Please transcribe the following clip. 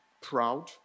proud